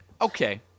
Okay